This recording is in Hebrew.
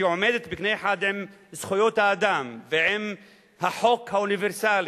שעולה בקנה אחד עם זכויות האדם ועם החוק האוניברסלי,